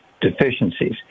deficiencies